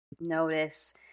notice